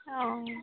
অঁ